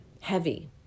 heavy